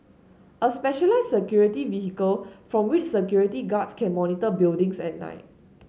a specialised security vehicle from which security guards can monitor buildings at night